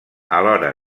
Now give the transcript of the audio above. alhora